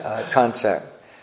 concept